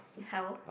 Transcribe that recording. hell